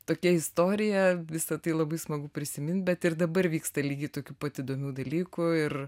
tokia istorija visa tai labai smagu prisimint bet ir dabar vyksta lygiai tokių pat įdomių dalykų ir